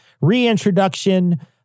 Reintroduction